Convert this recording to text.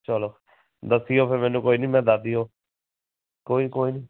ਚੱਲੋ ਦੱਸਿਓ ਫਿਰ ਮੈਨੂੰ ਕੋਈ ਨਹੀਂ ਮੈ ਦੱਸ ਦਿਓ ਕੋਈ ਕੋਈ ਨਹੀਂ